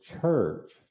church